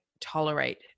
tolerate